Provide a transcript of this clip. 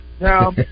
Now